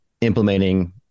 implementing